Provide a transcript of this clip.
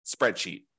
spreadsheet